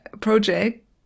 project